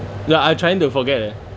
ya I'm trying to forget leh